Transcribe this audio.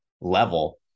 level